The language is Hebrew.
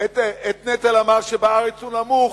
את נטל המס, ובארץ הוא נמוך,